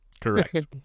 Correct